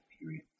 period